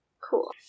Cool